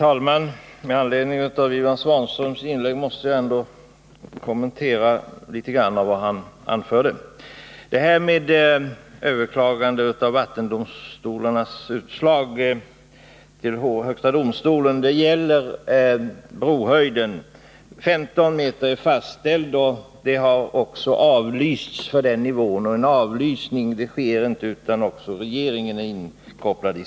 Herr talman! Jag måste något kommentera det som Ivan Svanström anförde i sitt inlägg. Överklagandet av vattendomstolarnas utslag till högsta domstolen gäller brohöjden. 15 meters höjd är fastställd, och avlysning har skett på den nivån. En sådan äger inte rum utan att regeringen är inkopplad.